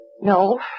No